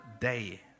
day